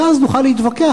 ואז נוכל להתווכח,